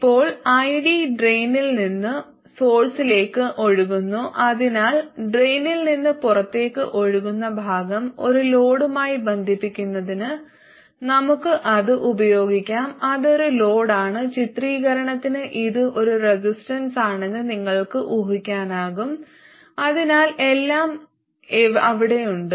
ഇപ്പോൾ id ഡ്രെയിനിൽ നിന്ന് സോഴ്സിലേക്ക് ഒഴുകുന്നു അതിനാൽ ഡ്രെയിനിൽ നിന്ന് പുറത്തേക്ക് ഒഴുകുന്ന ഭാഗം ഒരു ലോഡുമായി ബന്ധിപ്പിക്കുന്നതിന് നമുക്ക് അത് ഉപയോഗിക്കാം അതൊരു ലോഡാണ് ചിത്രീകരണത്തിന് ഇത് ഒരു റെസിസ്റ്റൻസാണെന്ന് നിങ്ങൾക്ക് ഊഹിക്കാനാകും അതിനാൽ എല്ലാം അവിടെയുണ്ട്